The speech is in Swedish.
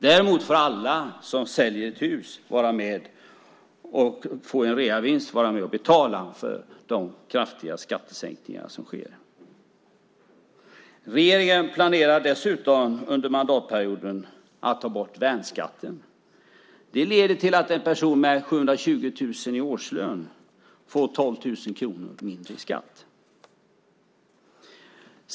Däremot får alla som säljer ett hus och får en reavinst vara med och betala för de kraftiga skattesänkningarna. Regeringen planerar dessutom under mandatperioden att ta bort värnskatten. Det leder till att en person med 720 000 i årslön får 12 000 kronor mindre i skatt.